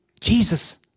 Jesus